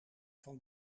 van